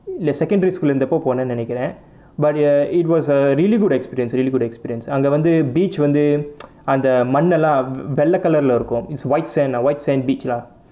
இல்லை:illai secondary school leh இருந்த போ போனேன் நினைக்குறேன்:iruntha po ponaen ninaikkuraen but ya it was a really good experience really good experience அங்கே வந்து:angae vanthu beach வந்து அந்த மண்ணெல்லாம் வெள்ளை:vanthu antha mannaellaam vellai colour ருளை இருக்கும்:rulai irukkum it's white sand ah white sand beach lah